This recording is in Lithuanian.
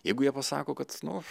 jeigu jie pasako kad nu